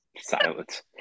silence